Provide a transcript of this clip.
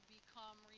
become